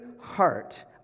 heart